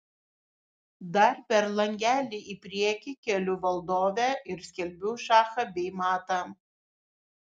dar per langelį į priekį keliu valdovę ir skelbiu šachą bei matą